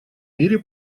мире